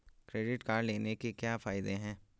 Credit card लेने के क्या फायदे हैं?